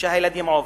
שהילדים עוברים.